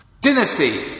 Dynasty